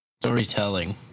storytelling